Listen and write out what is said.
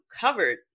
covered